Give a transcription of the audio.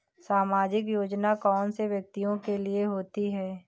सामाजिक योजना कौन से व्यक्तियों के लिए होती है?